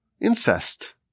incest